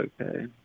Okay